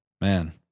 Man